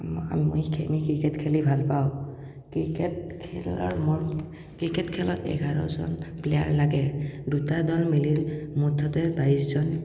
মই ক্ৰিকেট খেলি ভাল পাওঁ ক্ৰিকেট খেল ক্ৰিকেট খেলত এঘাৰজন প্লেয়াৰ লাগে দুটা দল মিলি মুঠতে বাইছজন